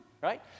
right